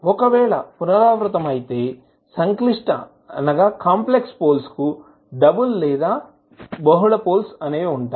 ఒకవేళ పునరావృతమైతే సంక్లిష్ట పోల్స్ కు డబుల్ లేదా బహుళ పోల్స్ ఉంటాయి